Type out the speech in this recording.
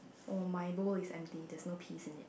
oh my bowl is empty there's no piece in it